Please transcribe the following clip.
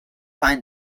find